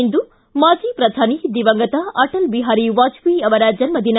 ಇಂದು ಮಾಜಿ ಪ್ರಧಾನಿ ದಿವಂಗತ ಅಟಲ್ ಬಿಹಾರಿ ವಾಜಪೇಯಿ ಅವರ ಜನ್ನ ದಿನ